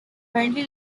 currently